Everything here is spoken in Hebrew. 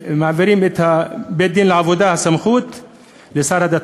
שמעבירים את הסמכות על בית-הדין לעבודה לשר הדתות.